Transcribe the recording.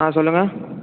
ஆ சொல்லுங்க